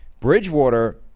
Bridgewater